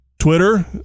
Twitter